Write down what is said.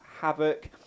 havoc